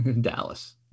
Dallas